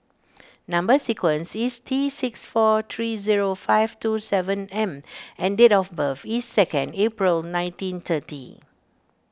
Number Sequence is T six four three zero five two seven M and date of birth is second April nineteen thirty